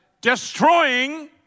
destroying